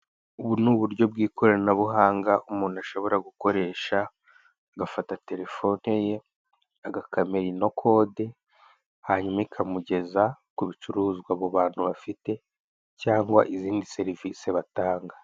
Ubu ni uburyo bw'ikoranabuhanga umuntu ashobora gukoresha; agafata terefone ye agakamera ino kode, hanyuma ikamugeza ku bicuruzwa abo bantu bafite cyangwa izindi serivise batanga.